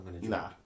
Nah